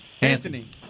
Anthony